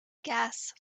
gas